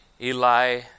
Eli